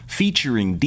featuring